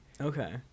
Okay